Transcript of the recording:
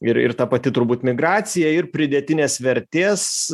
ir ir ta pati turbūt migracija ir pridėtinės vertės